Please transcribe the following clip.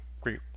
great